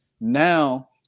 now